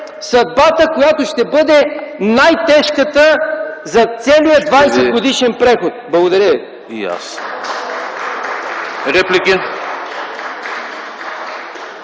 съдбата, която ще бъде най-тежката за целия 20-годишен преход. Благодаря.